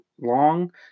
long